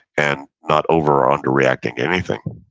and not over or under reacting anything.